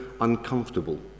uncomfortable